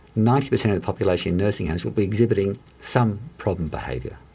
ninety per cent of the population in nursing homes would be exhibiting some problem behaviour.